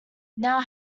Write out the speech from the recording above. now